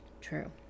True